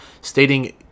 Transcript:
stating